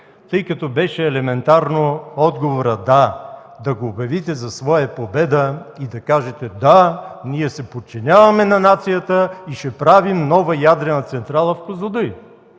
тъй като беше елементарно да обявите отговора „да” за своя победа и да кажете: „Да, ние се подчиняваме на нацията и ще правим нова ядрена централа в „Козлодуй”.”